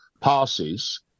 passes